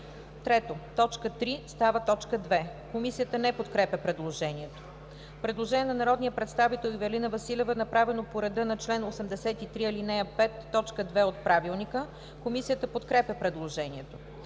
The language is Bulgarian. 3. т. 3 става т. 2.“ Комисията не подкрепя предложението. Предложение на народния представител Ивелина Василева, направено по реда на чл. 83, ал. 5 т. 2 от Правилника. Комисията подкрепя предложението.